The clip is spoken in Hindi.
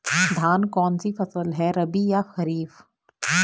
धान कौन सी फसल है रबी या खरीफ?